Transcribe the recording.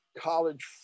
college